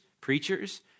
preachers